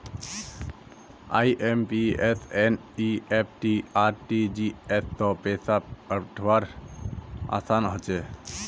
IMPS NEFT RTGS स पैसा पठऔव्वार असान हछेक